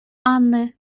анны